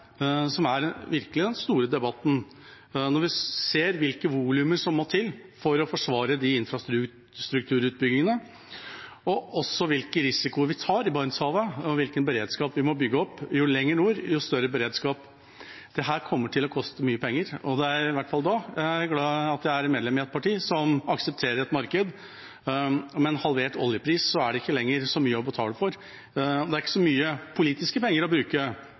virkelig er den store debatten når vi ser hvilke volumer som må til for å forsvare de infrastrukturutbyggingene, og også hvilke risikoer vi tar i Barentshavet, og hvilken beredskap vi må bygge opp. Jo lenger nord, jo større beredskap. Dette kommer til å koste mye penger, og jeg er i hvert fall glad for at jeg er medlem i et parti som aksepterer et marked. Med en halvert oljepris er det ikke lenger så mye å betale for – og det er ikke så mye politiske penger å bruke